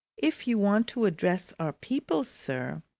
if you want to address our people, sir,